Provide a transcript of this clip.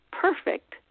perfect